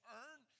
earn